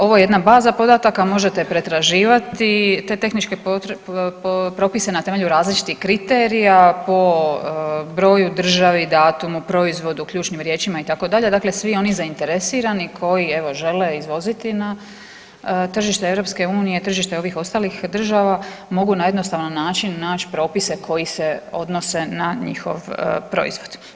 Ovo je jedna baza podataka, možete pretraživati te tehničke propise na temelju različitih kriterija po broju, državi, datumu, proizvodu, ključnim riječima itd., dakle svi oni zainteresirani koji evo žele izvoziti na tržište EU i tržište ovih ostalih država mogu na jednostavan način nać propise koji se odnose na njihov proizvod.